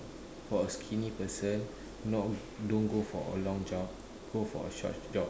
for a skinny person not don't go for a long jog go for a short jog